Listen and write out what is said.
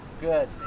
Good